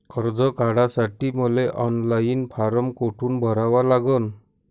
कर्ज काढासाठी मले ऑनलाईन फारम कोठून भरावा लागन?